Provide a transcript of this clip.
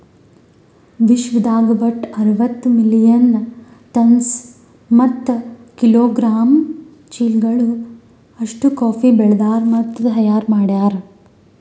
ವಿಶ್ವದಾಗ್ ಒಟ್ಟು ಅರವತ್ತು ಮಿಲಿಯನ್ ಟನ್ಸ್ ಮತ್ತ ಕಿಲೋಗ್ರಾಮ್ ಚೀಲಗಳು ಅಷ್ಟು ಕಾಫಿ ಬೆಳದಾರ್ ಮತ್ತ ತೈಯಾರ್ ಮಾಡ್ಯಾರ